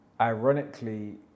Ironically